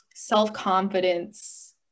self-confidence